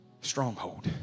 stronghold